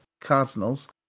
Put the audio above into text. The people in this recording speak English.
Cardinals